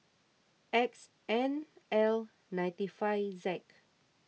X N L ninety five Z